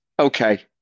okay